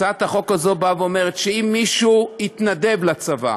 הצעת החוק הזאת אומרת שאם מישהו התנדב לצבא,